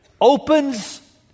opens